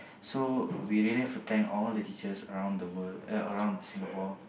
so we really have to thank all the teachers around the world uh around Singapore